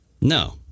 No